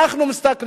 מסתכלים עליכם?